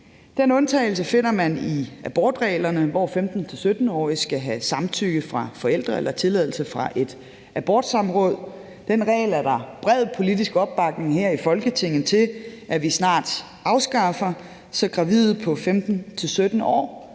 den undtagelse finder man i abortreglerne, hvor 15-17-årige skal have samtykke fra forældre eller tilladelse fra et abortsamråd. Den regel er der bred politisk opbakning her i Folketinget til at vi snart afskaffer, så gravide på 15-17 år